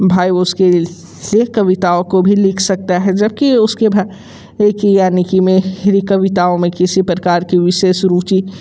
भाई उसके लिए कविताओं को भी लिख सकता है जबकि उसके भाई की यानि कि मेरी कविताओं में किसी प्रकार की विशेष रुचि